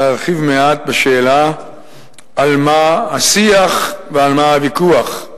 להרחיב מעט בשאלה על מה השיח ועל מה הוויכוח.